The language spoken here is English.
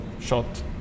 shot